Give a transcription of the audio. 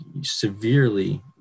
severely